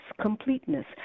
completeness